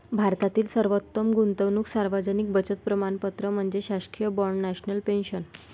भारतातील सर्वोत्तम गुंतवणूक सार्वजनिक बचत प्रमाणपत्र म्हणजे शासकीय बाँड नॅशनल पेन्शन